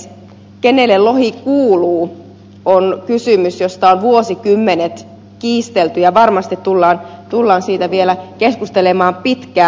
se kenelle lohi kuuluu on kysymys josta on vuosikymmenet kiistelty ja varmasti tullaan siitä vielä keskustelemaan pitkään